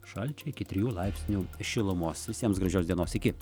šalčio iki trijų laipsnių šilumos visiems gražios dienos iki